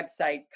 website